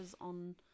on